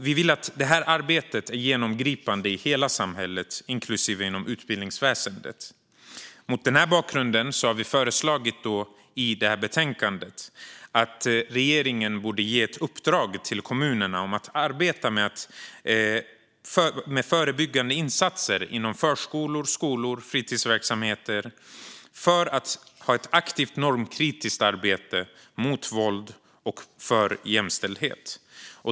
Vi vill att det här arbetet ska vara genomgripande i hela samhället, också inom utbildningsväsendet. Mot denna bakgrund har vi i betänkandet föreslagit att regeringen ska ge ett uppdrag till kommunerna att arbeta med förebyggande insatser inom förskolor, skolor och fritidsverksamheter för att ha ett aktivt normkritiskt arbete mot våld och för jämställdhet.